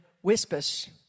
whispers